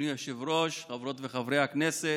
אדוני היושב-ראש, חברות וחברי הכנסת,